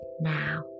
Now